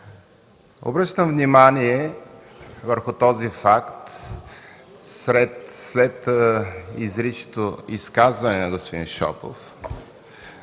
Обръщам внимание върху този факт след изричното изказване на господин Шопов.